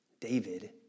David